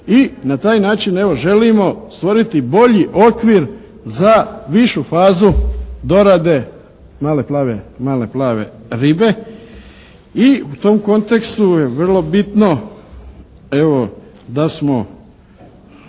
I na taj način evo želimo stvoriti bolji okvir za višu fazu dorade male plave ribe. I u tom kontekstu je vrlo bitno, evo da smo